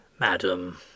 Madam